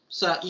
sa